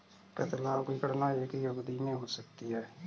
प्रतिलाभ की गणना एक ही अवधि में हो सकती है